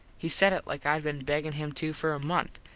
he said it like id been beggin him to for a month.